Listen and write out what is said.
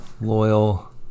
Loyal